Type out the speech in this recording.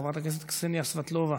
חברת הכנסת קסניה סבטלובה,